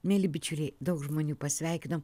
mieli bičiuliai daug žmonių pasveikinom